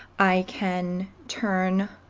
i can turn.